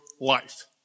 life